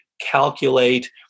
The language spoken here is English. calculate